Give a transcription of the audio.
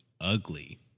ugly